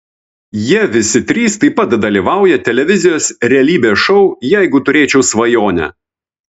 jie visi trys taip pat dalyvauja televizijos realybės šou jeigu turėčiau svajonę